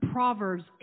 Proverbs